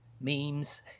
memes